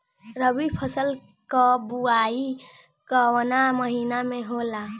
रबी फसल क बुवाई कवना महीना में होला?